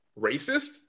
racist